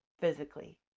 physically